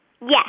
Yes